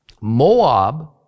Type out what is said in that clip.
Moab